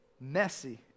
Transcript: messy